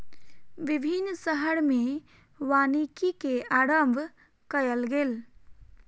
विभिन्न शहर में वानिकी के आरम्भ कयल गेल